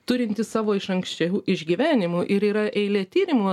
turinti savo iš anksčiau išgyvenimų ir yra eilė tyrimų